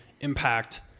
impact